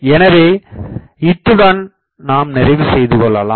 எனவே இத்துடன் நாம் நிறைவு செய்துகொள்ளலாம்